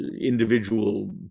individual